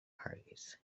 parties